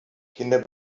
kinder